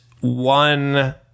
one